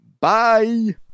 Bye